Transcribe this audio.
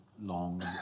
long